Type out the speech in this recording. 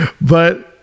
But-